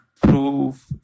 prove